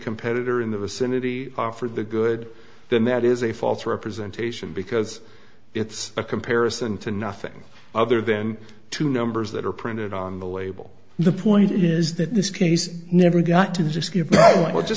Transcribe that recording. competitor in the vicinity offered the good then that is a false representation because it's a comparison to nothing other than two numbers that are printed on the label the point is that this case never got to